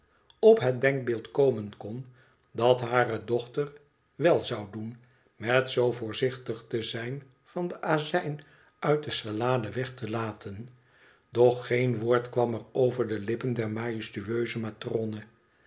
op het denkbeeld komen kon dat hare dochter wèl zou doen met zoo voorzichtig te zijn van den azijn uit de salade weg te laten doch geen woord kwam er over de lippen der